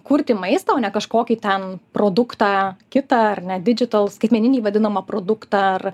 kurti maistą o ne kažkokį ten produktą kitą ar ne didžitals skaitmeninį vadinamą produktą ar